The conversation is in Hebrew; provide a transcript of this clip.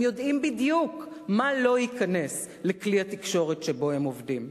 הם יודעים בדיוק מה לא ייכנס לכלי התקשורת שבו הם עובדים.